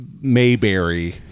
Mayberry